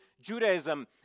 Judaism